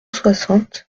soixante